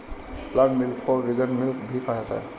plant milk को vegan milk भी कहा जाता है